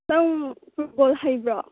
ꯅꯪ ꯐꯨꯠꯕꯣꯜ ꯍꯩꯕ꯭ꯔꯣ